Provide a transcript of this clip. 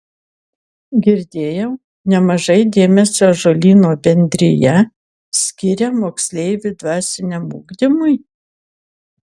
girdėjau nemažai dėmesio ąžuolyno bendrija skiria moksleivių dvasiniam ugdymui